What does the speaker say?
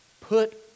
Put